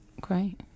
Great